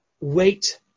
wait